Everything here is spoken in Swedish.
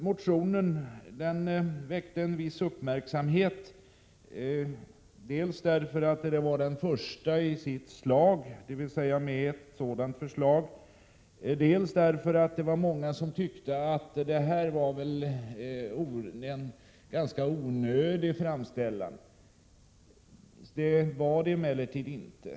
Motionen väckte en viss uppmärksamhet, dels därför att den var den första med ett sådant förslag, dels därför att många tyckte att det var en ganska onödig framställan. Det var det emellertid inte.